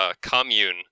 commune